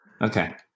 Okay